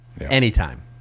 Anytime